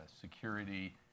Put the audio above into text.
security